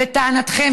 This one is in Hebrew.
לטענתכם,